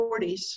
1940s